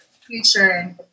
future